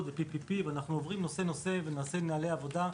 ו-PPP אנחנו עוברים נושא-נושא וניישם נהלי עבודה.